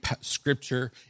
scripture